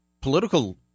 political –